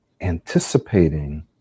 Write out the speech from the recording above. anticipating